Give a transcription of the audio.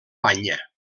banya